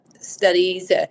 studies